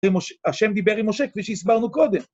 השם דיבר עם משה כפי שהסברנו קודם.